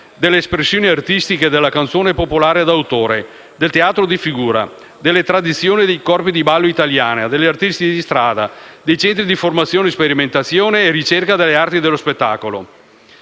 delle espressioni artistiche della canzone popolare d'autore, del teatro di figura, della tradizione dei corpi di ballo italiani, degli artisti di strada e dei centri di formazione, sperimentazione e ricerca nelle arti dello spettacolo.